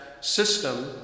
system